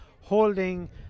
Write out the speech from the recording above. holding